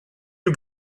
you